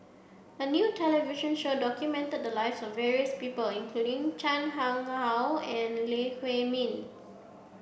a new television show documented the lives of various people including Chan Chang How and Lee Huei Min